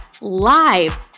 live